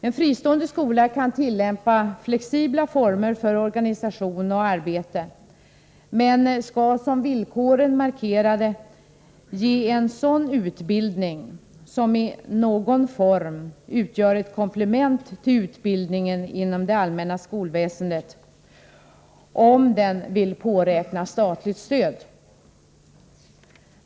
En fristående skola kan tillämpa flexibla former för organisation och arbete men skall, som villkoren markerade, ge en sådan utbildning som i någon form utgör ett komplement till utbildningen inom det allmänna skolväsendet, om den vill påräkna statligt stöd.